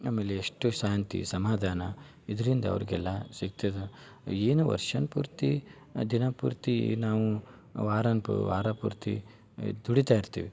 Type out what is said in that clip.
ಆಮೇಲೆ ಎಷ್ಟು ಶಾಂತಿ ಸಮಾಧಾನ ಇದ್ದರಿಂದ ಅವ್ರ್ಗೆಲ್ಲ ಸಿಗ್ತದೆ ಏನು ವರ್ಷ ಪೂರ್ತಿ ದಿನ ಪೂರ್ತಿ ನಾವು ವಾರ ಪೂ ವಾರ ಪೂರ್ತಿ ದುಡಿತಾ ಇರ್ತೀವಿ